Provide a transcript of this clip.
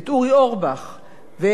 ואת חנין זועבי,